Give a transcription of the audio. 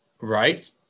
right